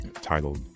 titled